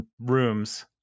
rooms